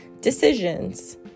decisions